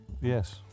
Yes